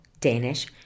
danish